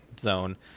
zone